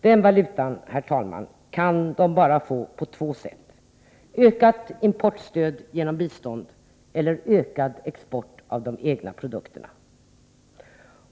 Den valutan, herr talman, kan de bara få på två sätt: endera genom ökat importstöd i form av bistånd eller genom ökad export av de egna produkterna.